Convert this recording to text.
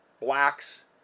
blacks